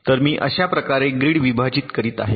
तर मी अशा प्रकारे ग्रीड विभाजित करीत आहे